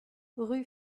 rue